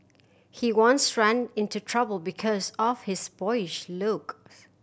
he once ran into trouble because of his boyish looks